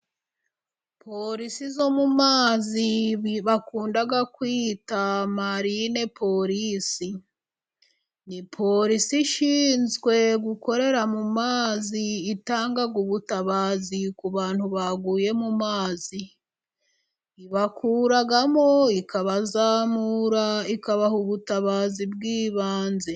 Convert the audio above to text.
Porisi zo mu mazi bakunda kwita Marine porisi. Ni porisi ishinzwe gukorera mu mazi, itanga ubutabazi ku bantu baguye mu mazi. Ibakuramo, ikazamura, ikabaha ubutabazi bw'ibanze.